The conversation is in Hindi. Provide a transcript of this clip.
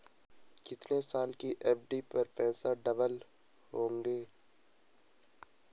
कितने साल की एफ.डी पर पैसे डबल होंगे?